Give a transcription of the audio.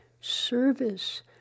service